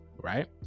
right